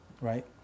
right